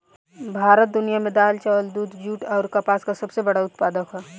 भारत दुनिया में दाल चावल दूध जूट आउर कपास का सबसे बड़ा उत्पादक ह